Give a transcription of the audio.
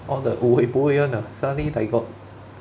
all the one ah suddenly like got